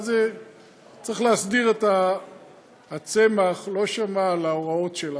צריך להסדיר, הצמח לא שמע על ההוראות שלנו,